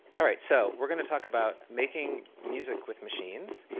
all right. so we're going to talk about making music with machines.